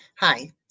Hi